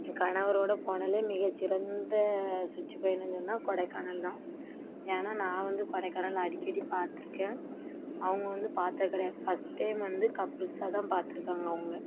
என் கணவரோடு போனாதுலே மிகச் சிறந்த சுற்றுப் பயணம்னு சொன்னால் கொடைக்கானல் தான் ஏன்னா நான் வந்து கொடைக்கானல் அடிக்கடி பாத்திருக்கேன் அவங்க வந்து பார்த்தது கிடையாது ஃபஸ்ட் டைம் வந்து கப்புள்ஸா தான் பாத்திருக்காங்க அவங்க